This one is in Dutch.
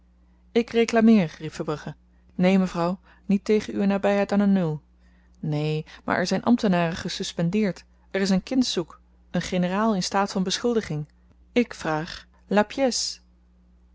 reklameer riep verbrugge neen mevrouw niet tegen uwe nabyheid aan de nul neen maar er zyn ambtenaren gesuspendeerd er is een kind zoek een generaal in staat van beschuldiging ik vraag